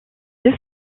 deux